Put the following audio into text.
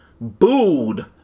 booed